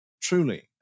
truly